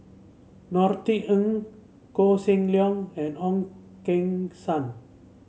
Norothy Ng Koh Seng Leong and Ong Keng Sen